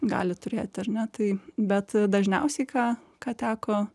gali turėti ar ne tai bet dažniausiai ką ką teko